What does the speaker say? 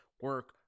Work